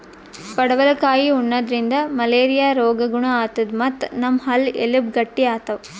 ಪಡವಲಕಾಯಿ ಉಣಾದ್ರಿನ್ದ ಮಲೇರಿಯಾ ರೋಗ್ ಗುಣ ಆತದ್ ಮತ್ತ್ ನಮ್ ಹಲ್ಲ ಎಲಬ್ ಗಟ್ಟಿ ಆತವ್